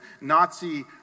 Nazi